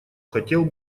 хотел